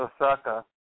Osaka